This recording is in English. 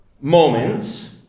moments